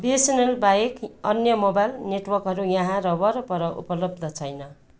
बिएसएनएलबाहेक अन्य मोबाइल नेटवर्कहरू यहाँ र वरपर उपलब्ध छैन